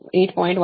07 ಕೋನ 8